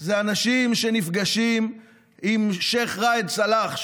הם אנשים שנפגשים עם שייח' ראאד סאלח,